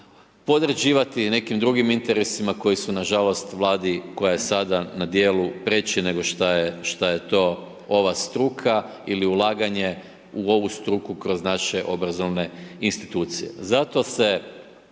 podređivati nekim drugim interesima koji su, nažalost, Vladi koja je sada na djelu, preči nego što je to ova struka ili ulaganje u ovu struku kroz naše obrazovne institucije.